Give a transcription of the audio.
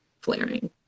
flaring